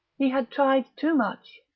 he had tried too much,